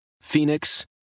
Phoenix